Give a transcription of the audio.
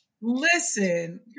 Listen